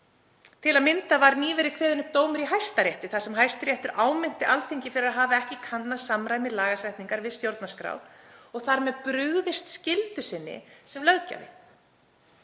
Til að mynda var nýverið kveðinn upp dómur í Hæstarétti þar sem Hæstiréttur áminnti Alþingi fyrir að hafa ekki kannað samræmi lagasetningar við stjórnarskrá og þar með brugðist skyldu sinni sem löggjafi.